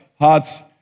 hearts